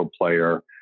player